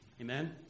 Amen